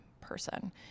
person